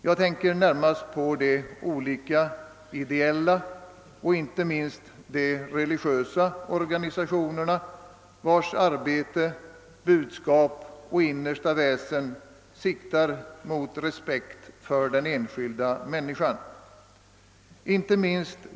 Jag tänker närmast på de olika ideella och inte minst de religiösa organisationerna, vilkas arbete, budskap och innersta väsen siktar mot att uppnå respekt för den enskilda människan.